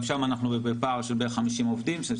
גם שם אנחנו בפער של כ-50 סטודנטים.